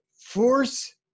force